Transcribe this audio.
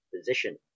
position